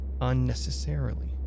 unnecessarily